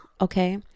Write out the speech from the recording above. okay